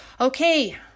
Okay